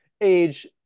age